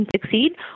succeed